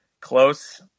close